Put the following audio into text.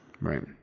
Right